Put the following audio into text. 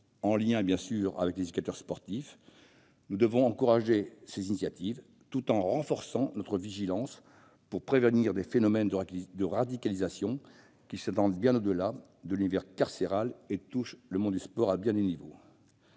en lien avec les éducateurs sportifs. Nous devons encourager ces initiatives, tout en renforçant notre vigilance pour prévenir les phénomènes de radicalisation, qui s'étendent bien au-delà de l'univers carcéral et touchent le monde du sport à bien des niveaux.